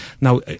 Now